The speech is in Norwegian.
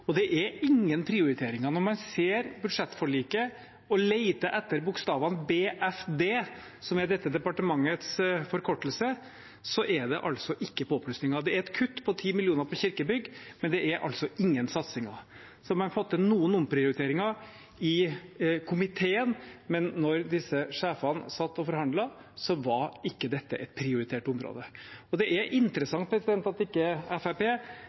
Det er ingen prioriteringer. Når man ser budsjettforliket og leter etter bokstavene BFD, som er dette departementets forkortelse, er det ikke påplussinger. Det er et kutt på 10 mill. kr til kirkebygg, men det er ingen satsinger. Så har man fått til noen omprioriteringer i komiteen, men da disse sjefene satt og forhandlet, var ikke dette et prioritert område. Det er interessant at Fremskrittspartiet ikke